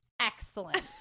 Excellent